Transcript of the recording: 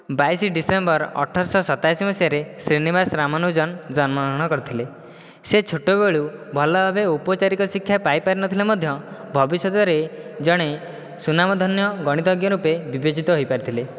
ବାଇଶ ଡିସେମ୍ବର ଅଠରଶହ ସତାଅଶି ମସିହାରେ ଶ୍ରୀନିବାସ ରାମନୁଜନ୍ ଜନ୍ମ ଗ୍ରହଣ କରିଥିଲେ ସେ ଛୋଟବେଳୁ ଭଲଭାବରେ ଉପଚାରିକ ଶିକ୍ଷା ପାଇ ନ ପାରିଥିଲେ ମଧ୍ୟ ଭବିଷ୍ୟତରେ ଜଣେ ସୁନାମଧନ୍ୟ ଗଣିତଜ୍ଞ ରୂପରେ ବିବେଚିତ ହେଇ ପାରିଥିଲେ